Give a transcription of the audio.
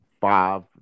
five